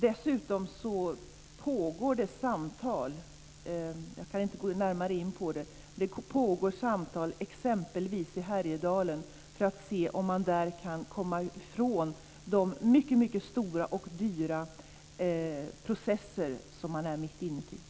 Dessutom pågår det samtal, som jag inte kan gå in närmare på, i exempelvis Härjedalen för att se om man där kan komma ifrån de mycket stora och dyra processer som man är mitt uppe i.